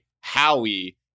Howie